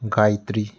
Gayatri